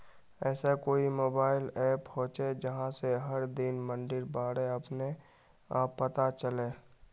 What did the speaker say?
ऐसा कोई mobile app होचे जहा से हर दिन मंडीर बारे अपने आप पता चले?